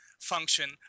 Function